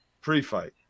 pre-fight